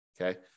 Okay